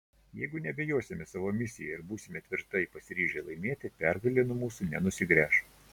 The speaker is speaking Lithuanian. jeigu neabejosime savo misija ir būsime tvirtai pasiryžę laimėti pergalė nuo mūsų nenusigręš